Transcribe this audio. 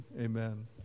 Amen